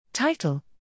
Title